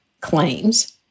claims